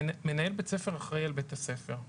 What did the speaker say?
מנהל בית ספר אחראי על בית הספר.